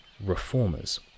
reformers